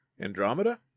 Andromeda